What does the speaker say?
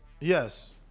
Yes